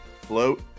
float